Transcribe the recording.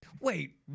Wait